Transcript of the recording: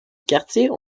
quartier